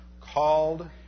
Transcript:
called